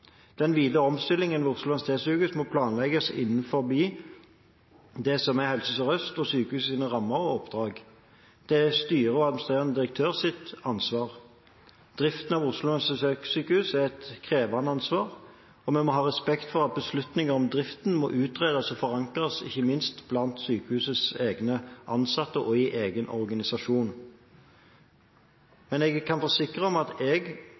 Den videre omstillingen ved Oslo universitetssykehus må planlegges innenfor det som er Helse Sør-Øst og sykehuset sine rammer og oppdrag, og det er styret og administrerende direktør sitt ansvar. Driften av Oslo universitetssykehus er et krevende ansvar, og vi må ha respekt for at beslutninger om driften må utredes og forankres ikke minst blant sykehusets egne ansatte og i egen organisasjon. Men jeg kan forsikre om at jeg